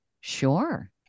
Sure